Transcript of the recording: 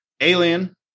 Alien